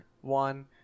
one